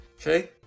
Okay